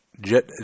jet